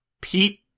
pete